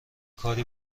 کاری